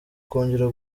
kongera